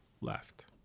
left